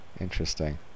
Interesting